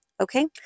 Okay